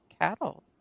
cattle